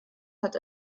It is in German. hat